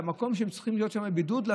למקום שהם צריכים להיות שם בבידוד,